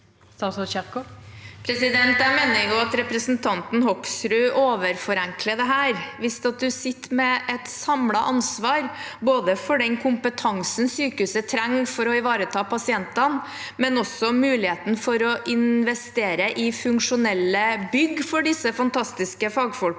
Jeg mener at representanten Hoksrud overforenkler dette. Hvis en sitter med et samlet ansvar, både for den kompetansen sykehuset trenger for å ivareta pasientene, og også for muligheten for å investere i funksjonelle bygg for disse fantastiske fagfolkene,